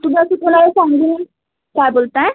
काय बोलत आहे